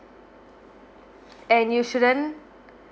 and you shouldn't